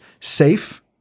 safe